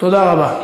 תודה רבה.